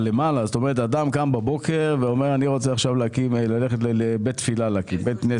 אדם קם בבוקר ואומר שהוא רוצה עכשיו להקים בית כנסת,